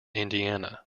indiana